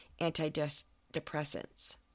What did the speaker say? antidepressants